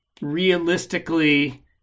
realistically